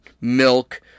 milk